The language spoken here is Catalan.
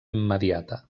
immediata